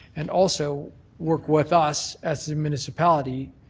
and also work with us as the municipality.